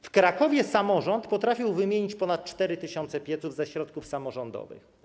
W Krakowie samorząd potrafił wymienić ponad 4 tys. pieców ze środków samorządowych.